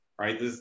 right